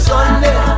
Sunday